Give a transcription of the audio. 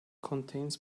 contains